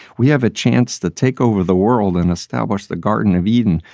we have a chance to take over the world and establish the garden of eden.